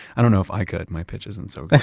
i don't know if i could, my pitch isn't so yeah